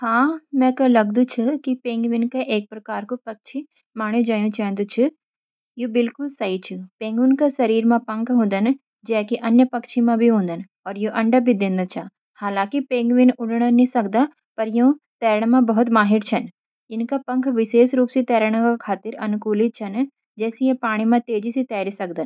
हां, मैके लगदू छ कि पेंगुइन कू एक प्रकार का पक्षी माना जायू चेंदू छ ये बिलकुल सही छ। पेंगुइन का शरीर मा पंख हुंदन, जैंत कि अन्य पक्ष्यां मा हुंदन, और यो अंडा भी देणदा। हालांकि पेंगुइन उड़णा नि सकदन, पर यो तैरण मा बहुत माहिर चन। इनके पंख विशेष रूप से तैरण का खातिर अनुकूलित चन, जिण से ये पानी मा तेजी से तैर सकदन।